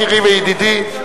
יקירי וידידי.